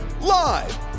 Live